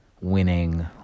winning